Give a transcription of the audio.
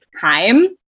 time